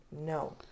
No